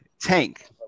Tank